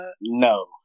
No